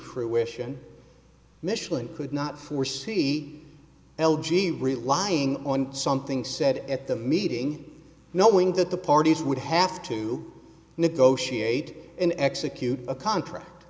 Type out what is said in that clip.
fruition micheline could not foresee l g relying on something said at the meeting knowing that the parties would have to negotiate an execute a contract